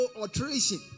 alteration